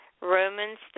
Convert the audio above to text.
Romans